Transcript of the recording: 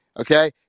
Okay